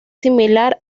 similar